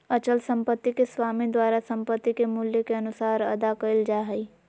अचल संपत्ति के स्वामी द्वारा संपत्ति के मूल्य के अनुसार अदा कइल जा हइ